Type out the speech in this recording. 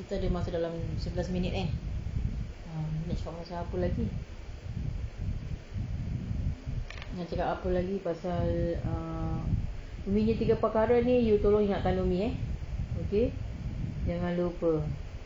kita ada masa dalam sebelas minit eh ah nak cakap pasal apa lagi nak cakap apa lagi pasal ah ni tiga perkara ni you tolong ingatkan umi eh okay jangan lupa